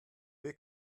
will